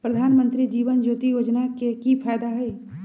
प्रधानमंत्री जीवन ज्योति योजना के की फायदा हई?